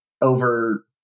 over